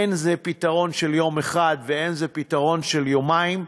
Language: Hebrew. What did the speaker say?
אין זה פתרון של יום אחד ואין זה פתרון של יומיים,